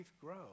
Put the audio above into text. grow